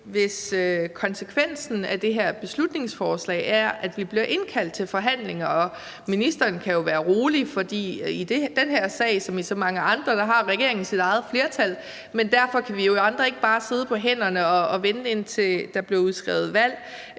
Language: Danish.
Hvis konsekvensen af det her beslutningsforslag er, at vi bliver indkaldt til forhandlinger, så vil vi i hvert fald se frem til det. Og ministeren kan være rolig, for i den her sag som i så mange andre har regeringen sit eget flertal, men derfor kan vi andre jo ikke bare sidde på hænderne og vente, indtil der bliver udskrevet valg.